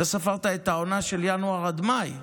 אתה ספרת את העונה של ינואר עד מאי,